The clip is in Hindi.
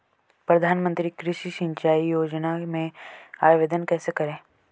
प्रधानमंत्री कृषि सिंचाई योजना में आवेदन कैसे करें?